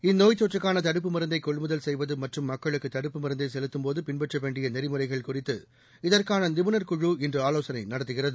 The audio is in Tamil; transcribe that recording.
இந்நோய்த் தொற்றுக்கான தடுப்பு மருந்தை கொள்முதல் செய்வது மற்றும் மக்களுக்கு தடுப்பு மருந்தை செலுத்தும்போது பின்பற்ற வேண்டிய நெறிமுறைகள் குறித்து இதற்கான நிபுணர் குழு இன்று ஆலோசனை நடத்துகிறது